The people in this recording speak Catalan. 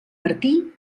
martí